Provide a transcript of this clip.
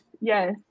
yes